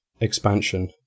expansion